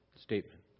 statement